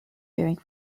during